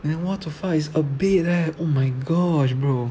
and then what the fuck is a bit leh oh my gosh bro